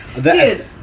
Dude